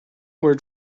word